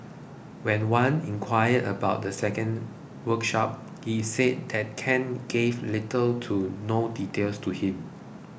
when Wan inquired about the second workshop he said that Ken gave little to no details to him